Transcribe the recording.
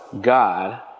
God